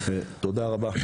תודה רבה.